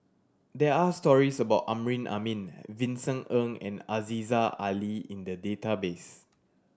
there are stories about Amrin Amin Vincent Ng and Aziza Ali in the database